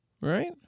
Right